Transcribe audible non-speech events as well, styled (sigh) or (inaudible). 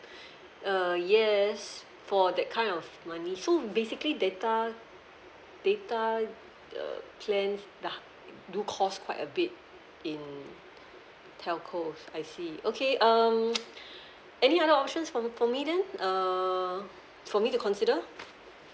(breath) uh yes for that kind of money so basically data data err plans dah do cost quite a bit in telcos I see okay um (noise) any other options for for me then uh for me to consider